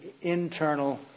internal